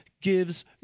gives